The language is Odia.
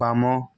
ବାମ